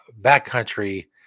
Backcountry